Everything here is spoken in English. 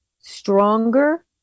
stronger